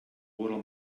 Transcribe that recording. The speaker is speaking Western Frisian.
oeral